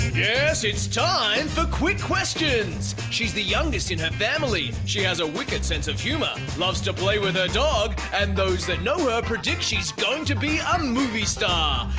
yes, it's time for quick questions. she's the youngest in her family. she has a wicked sense of humour, loves to play with her dog, and those that know her predict she's going to be a and movie star.